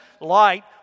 light